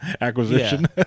acquisition